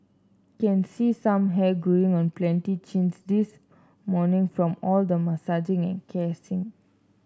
can see some hair growing on plenty chins this morning from all the massaging and